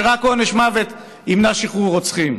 שרק עונש מוות ימנע שחרור רוצחים,